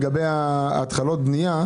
לגבי התחלות בנייה,